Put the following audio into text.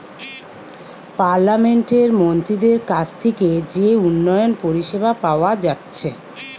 পার্লামেন্টের মন্ত্রীদের কাছ থিকে যে উন্নয়ন পরিষেবা পাওয়া যাচ্ছে